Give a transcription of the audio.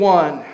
one